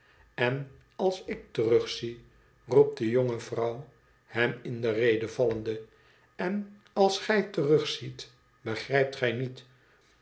n als ik terugzie roept de jonge vrouw hem in de rede vallende n als gij terugziet begrijpt gij niet